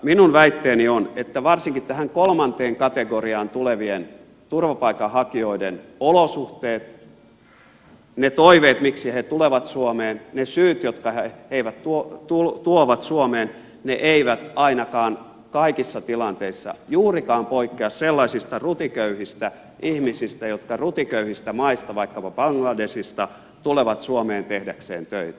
minun väitteeni on että varsinkin tähän kolmanteen kategoriaan tulevien turvapaikanhakijoiden toiveet miksi he tulevat suomeen ne syyt jotka he tuovat suomeen eivät ainakaan kaikissa tilanteissa juurikaan poikkea sellaisista rutiköyhistä ihmisistä jotka rutiköyhistä maista vaikkapa bangladeshista tulevat suomeen tehdäkseen töitä